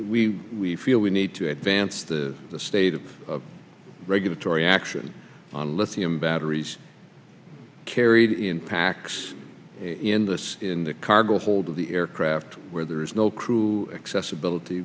we feel we need to advance the the state of regulatory action on lithium batteries carried in packs in this in the cargo hold of the aircraft where there is no crew accessibility